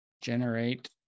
generate